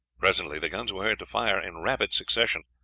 presently the guns were heard to fire in rapid succession.